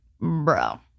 bro